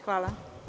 Hvala.